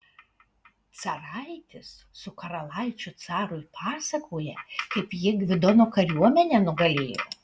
caraitis su karalaičiu carui pasakoja kaip jie gvidono kariuomenę nugalėjo